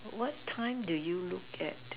what time do you look at